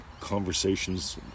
conversations